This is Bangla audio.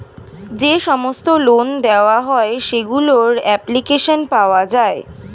যে সমস্ত লোন দেওয়া হয় সেগুলোর অ্যাপ্লিকেশন পাওয়া যায়